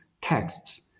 texts